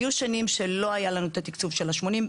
היו שנים שלא היה לנו את התקצוב של ה-80,